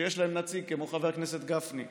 שיש להם נציג כמו חבר הכנסת גפני.